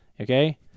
Okay